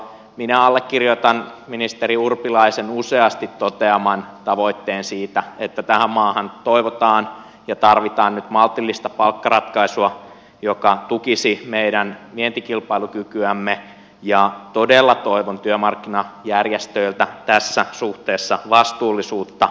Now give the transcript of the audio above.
minä allekirjoitan ministeri urpilaisen useasti toteaman tavoitteen siitä että tähän maahan toivotaan ja tarvitaan nyt maltillista palkkaratkaisua joka tukisi meidän vientikilpailukykyämme ja todella toivon työmarkkinajärjestöiltä tässä suhteessa vastuullisuutta